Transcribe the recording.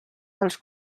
dels